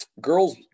girls